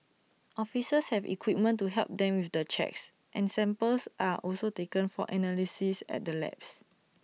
officers have equipment to help them with the checks and samples are also taken for analysis at the labs